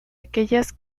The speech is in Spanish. aquellas